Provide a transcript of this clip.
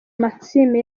maxime